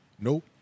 Nope